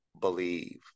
believe